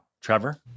Trevor